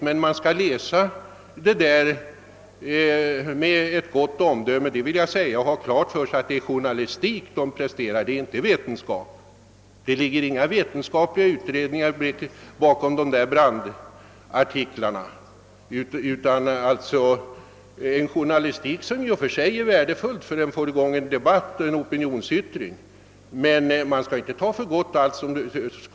Men man skall läsa det skrivna med gott omdöme och ha klart för sig att vad som där presteras är journalistik, inte vetenskap. Det ligger inga vetenskapliga utredningar bakom brandartiklarna. Det är fråga om en i och för sig värdefull journalistik, eftersom den får i gång en debatt och skapar en opinion, men man skall inte ta allt som skrivs i artiklarna för gott.